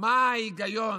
מה ההיגיון?